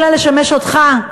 אלא לשמש אותך,